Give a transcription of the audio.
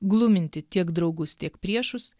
gluminti tiek draugus tiek priešus